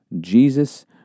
Jesus